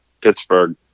pittsburgh